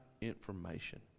information